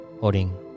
holding